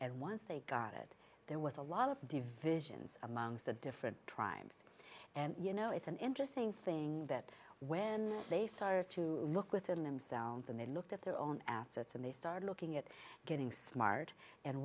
and once they got it there was a lot of divisions among the different tribes and you know it's an interesting thing that when they start to look within them sounds and they looked at their own assets and they start looking at getting smart and